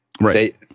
Right